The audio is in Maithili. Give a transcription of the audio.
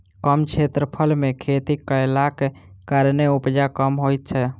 कम क्षेत्रफल मे खेती कयलाक कारणेँ उपजा कम होइत छै